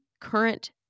current